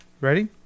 ready